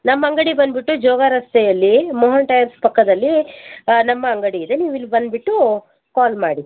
ನಮ್ಮ ಅಂಗಡಿ ಬಂದ್ಬಿಟ್ಟು ಜೋಗರಸ್ತೆಯಲ್ಲಿ ಮೋಹನ್ ಟೈಯರ್ಸ್ ಪಕ್ಕದಲ್ಲಿ ನಮ್ಮ ಅಂಗಡಿ ಇದೆ ನೀವಿಲ್ಲಿ ಬಂದ್ಬಿಟ್ಟು ಕಾಲ್ ಮಾಡಿ